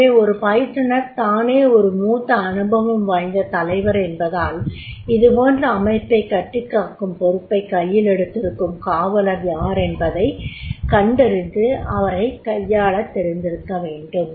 எனவே ஒரு பயிற்றுனர் தானே ஒரு மூத்த அனுபவம் வாய்ந்த தலைவர் என்பதால் இதுபோன்ற அமைப்பைக் கட்டிகாக்கும் பொறுப்பைக் கையிலெடுத்திருக்கும் காவலர் யாரென்பதை கண்டறிந்து அவரைக் கையாளத் தெரிந்திருக்கவேண்டும்